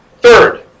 third